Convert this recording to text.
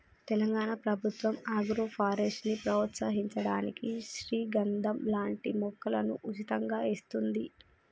తెలంగాణ ప్రభుత్వం ఆగ్రోఫారెస్ట్ ని ప్రోత్సహించడానికి శ్రీగంధం లాంటి మొక్కలను ఉచితంగా ఇస్తోంది